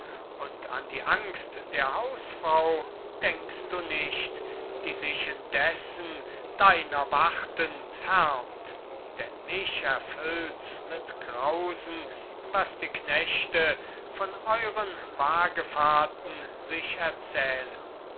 und an die angst der hausfrau denkst du nicht die sich indessen deiner wartend härmt denn mich erfüllt's mit grausen was die knechte von euren wagefahrten sich erzählen